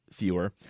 fewer